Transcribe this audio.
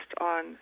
on